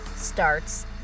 starts